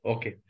Okay